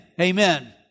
Amen